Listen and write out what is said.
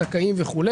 זכאים וכו'.